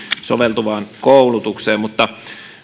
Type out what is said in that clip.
soveltuvaan koulutukseen mutta